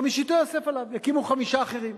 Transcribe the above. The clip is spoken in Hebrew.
"חמישיתו יוסף עליו" יקימו חמישה אחרים.